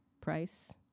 price